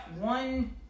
one